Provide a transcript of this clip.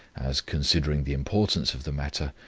as, considering the importance of the matter,